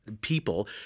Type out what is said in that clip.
people